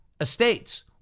estates